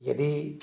यदि